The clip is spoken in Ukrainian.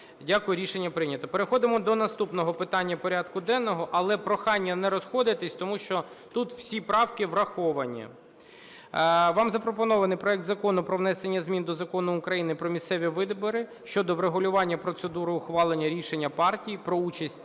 Дякую. Рішення прийнято. Переходимо до наступного питання порядку денного. Але прохання не розходитись, тому що тут всі правки враховані. Вам запропонований проект Закону про внесення змін до Закону України "Про місцеві вибори" щодо врегулювання процедури ухвалення рішення партії про участь